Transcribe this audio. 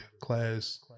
class